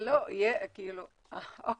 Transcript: אוקיי,